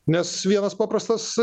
nes vienas paprastas